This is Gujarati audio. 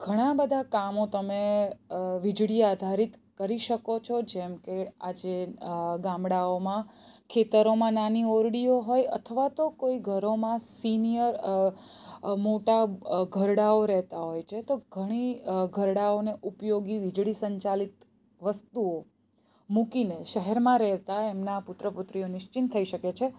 ઘણાં બધાં કામો તમે વીજળી આધારિત કરી શકો છો જેમ કે આજે ગામડાઓમાં ખેતરોમાં નાની ઓરડીઓ હોય અથવા તો કોઈ ઘરોમાં સિનિયર મોટા ઘરડાઓ રહેતા હોય છે તો ઘણી ઘરડાઓને ઉપયોગી વીજળી સંચાલિત વસ્તુઓ મૂકીને શહેરમાં રહેતા એમના પુત્ર પુત્રીઓ નિશ્ચિંત થઈ શકે છે